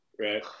right